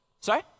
sorry